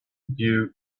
due